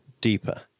deeper